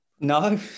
No